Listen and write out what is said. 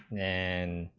and